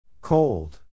Cold